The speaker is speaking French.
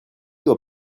doit